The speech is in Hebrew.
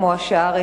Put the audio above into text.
כמו השאר,